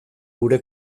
gure